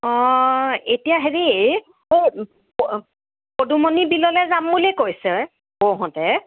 অঁ এতিয়া হেৰি এই প পদুমনি বিললৈ যাম বুলি কৈছে বৌহঁতে